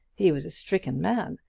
he was a stricken man.